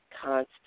constant